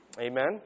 Amen